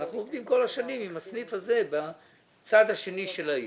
אנחנו עובדים כל השנים עם הסניף שנמצא בצד השני של העיר.